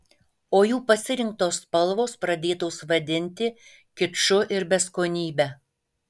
o jų pasirinktos spalvos pradėtos vadinti kiču ir beskonybe